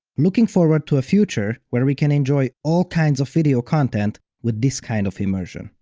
looking forward to a future where we can enjoy all kinds of video content with this kind of immersion.